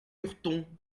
lurton